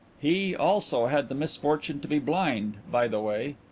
he, also, had the misfortune to be blind, by the way.